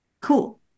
cool